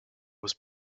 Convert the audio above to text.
was